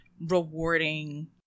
rewarding